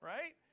Right